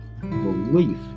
belief